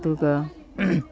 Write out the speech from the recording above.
ꯑꯗꯨꯒ